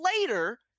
later